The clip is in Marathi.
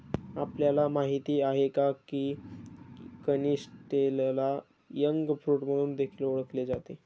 आपल्याला माहित आहे का? की कनिस्टेलला एग फ्रूट म्हणून देखील ओळखले जाते